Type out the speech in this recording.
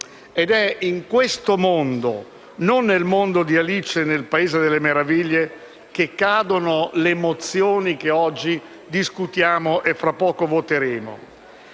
È in questo mondo, e non nel mondo di Alice nel Paese delle meraviglie, che cadono le mozioni che oggi discutiamo e fra poco voteremo.